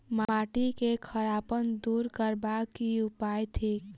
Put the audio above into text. माटि केँ खड़ापन दूर करबाक की उपाय थिक?